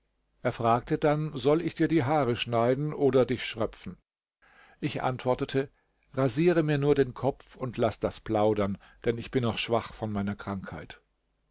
er fragte dann soll ich dir die haare schneiden oder dich schröpfen ich antwortete rasiere mir nur den kopf und laß das plaudern denn ich bin noch schwach von meiner krankheit